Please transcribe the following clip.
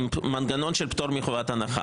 עם מנגנון של פטור מחובת הנחה.